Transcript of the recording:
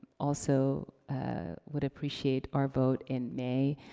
also would appreciate our vote in may,